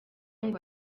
ngo